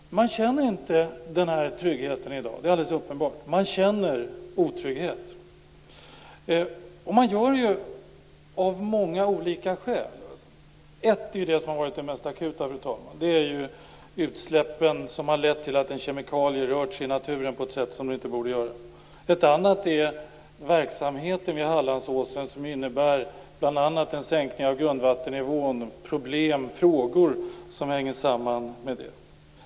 Man känner inte denna trygghet i dag. Det är alldeles uppenbart. Man känner otrygghet. Man gör det av många olika skäl. Det som har varit mest akut, fru talman, är de utsläpp som har lett till att en kemikalie rört sig i naturen på ett sätt som den inte borde göra. Ett annat problem är att verksamheten vid Hallandsåsen innebär en sänkning av grundvattennivån. Det finns frågor som hänger samman med det.